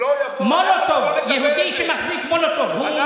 בלעדי הכיבוש, הדברים האלה,